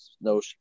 no